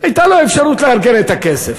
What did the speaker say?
הייתה לו אפשרות לארגן את הכסף.